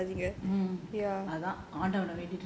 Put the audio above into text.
mm